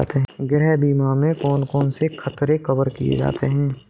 गृह बीमा में कौन कौन से खतरे कवर किए जाते हैं?